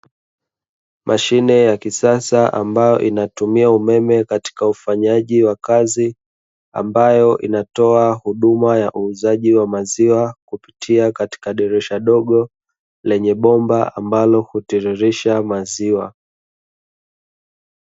Mashine ya kisasa ambayo inatumia umeme wakati wa ufanyaji wa kazi, ambayo inatoa huduma ya uzaji maziwa katika bomba dogo ambalo hutirirsha maziwa.